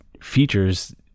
features